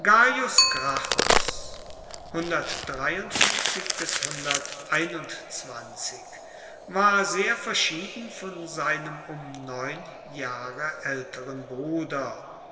gracchus war sehr verschieden von seinem um neun jahre älteren bruder